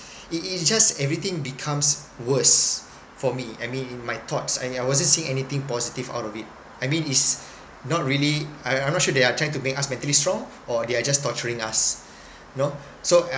it it just everything becomes worse for me I mean in my thoughts and I wasn't seeing anything positive out of it I mean it's not really I I'm not sure they are trying to make us mentally strong or they are just torturing us know so